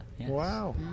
wow